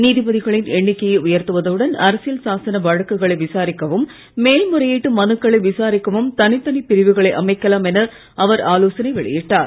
நீதிபதிகளின் எண்ணிக்கையை உயர்த்துவதுடன் அரசியல் சாசன வழக்குகளை விசாரிக்கவும் மேல்முறையீட்டு மனுக்களை விசாரிக்கவும் தனித்தனிப் பிரிவுகளை அமைக்கலாம் என அவர் ஆலோசனை வெளியிட்டார்